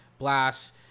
Blast